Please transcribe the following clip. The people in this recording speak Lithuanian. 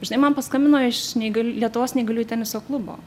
žinai man paskambino iš neįgal lietuvos neįgaliųjų teniso klubo